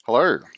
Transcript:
Hello